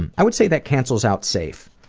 and i would say that cancels out safe,